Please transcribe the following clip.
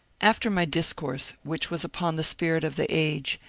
after my discourse, which was upon the spirit of the age,